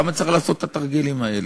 למה צריך לעשות את התרגילים האלה?